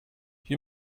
you